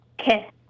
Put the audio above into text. Okay